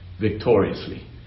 victoriously